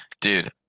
Dude